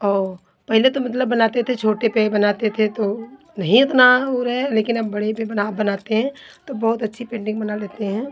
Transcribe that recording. और पहले तो मतलब बनाते थे छोटे पे ही बनाते थे तो नहीं इतना वो रहे लेकिन अब बड़े पे बना अब बनाते हैं तो बहुत अच्छी पेन्टिंग बना लेते हैं